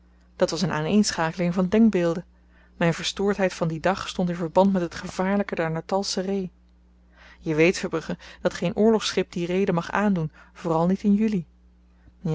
dat was een aaneenschakeling van denkbeelden myn verstoordheid van dien dag stond in verband met het gevaarlyke der natalsche ree je weet verbrugge dat geen oorlogschip die reede mag aandoen vooral niet in juli